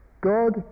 God